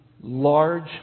large